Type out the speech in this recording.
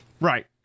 Right